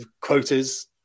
quotas